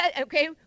okay